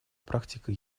практика